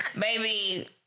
baby